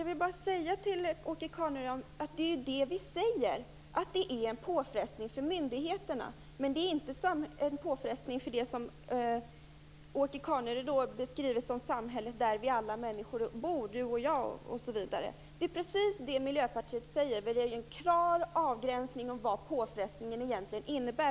Herr talman! Vi säger ju att detta är en påfrestning för myndigheterna, Åke Carnerö. Men det är inte en påfrestning för det som Åke Carnerö beskriver som samhället, där vi alla, du och jag, bor. Det är precis detta som Miljöpartiet säger. Vi vill göra en klar avgränsning när det gäller vad påfrestningen egentligen innebär.